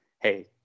hey